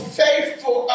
faithful